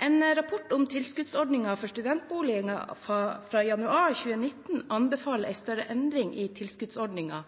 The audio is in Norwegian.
En rapport om tilskuddsordningen for studentboliger fra januar 2019 anbefaler en større endring i tilskuddsordningen